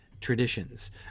traditions